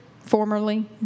formerly